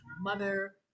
mother